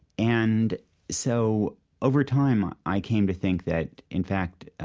and so over time, i came to think that, in fact,